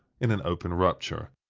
in an open rupture.